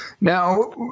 Now